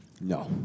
No